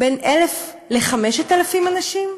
בין 1,000 ל-5,000 אנשים,